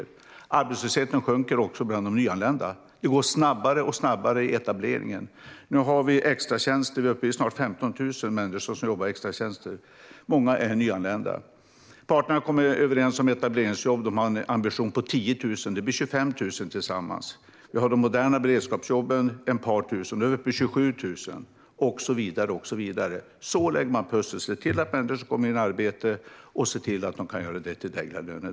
Den sjunker också bland de nyanlända. Det går snabbare och snabbare i etableringen. Nu är vi snart uppe i 15 000 människor som jobbar i extratjänster. Många av dessa är nyanlända. Parterna har kommit överens om etableringsjobb. De har en ambition på 10 000. Det blir 25 000 tillsammans. Vi har de moderna beredskapsjobben, som är ett par tusen. Då är vi uppe i 27 000 - och så vidare, och så vidare. Så lägger man pussel, ser till att människor kommer in i arbete och ser till att de dessutom kan göra det till drägliga löner.